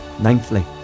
Ninthly